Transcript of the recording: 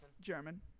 German